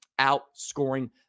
outscoring